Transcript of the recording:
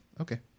Okay